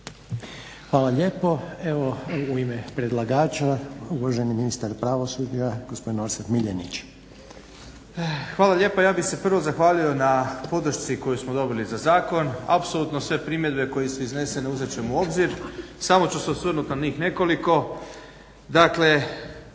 Hvala lijepo. Evo u ime predlagača uvaženi ministar pravosuđa gospodin Orsat Miljenić. **Miljenić, Orsat** Hvala lijepa. Ja bih se prvo zahvalio na podršci koju smo dobili za zakon. apsolutno sve primjedbe koje su iznesene uzet ćemo u obzir. Samo ću se osvrnuti na njih nekoliko.